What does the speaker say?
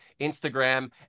instagram